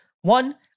One